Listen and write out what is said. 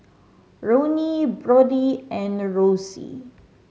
Ronnie Brodie and Rosy